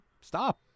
stop